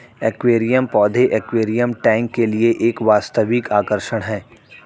aquarium पौधे aquarium tank के लिए एक वास्तविक आकर्षण है